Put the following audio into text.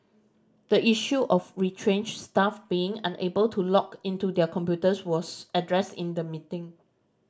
the issue of retrenched staff being unable to log into their computers was addressed in the meeting